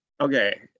okay